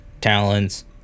talents